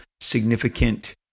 significant